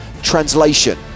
translation